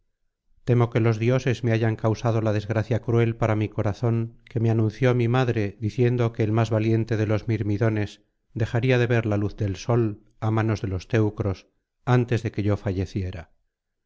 temo que los dioses me hayan causado la desgracia cruel para mi corazón que me anunció mi madre diciendo que el más valiente de los mirmidones dejaría de ver la luz del sol á manos de los teucros antes de que yo falleciera